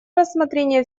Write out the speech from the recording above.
рассмотрение